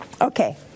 Okay